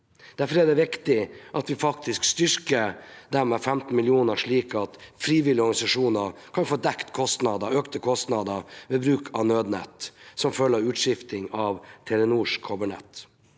Derfor er det viktig at vi styrker dem med 15 mill. kr, slik at frivillige organisasjoner kan få dekket økte kostnader ved bruk av Nødnett, som følge av utskifting av Telenors kobbernett.